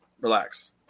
relax